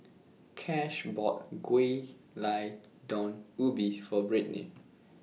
Cash bought Gulai Daun Ubi For Britni